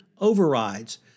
overrides